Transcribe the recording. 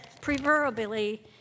preferably